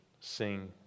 sing